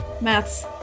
Maths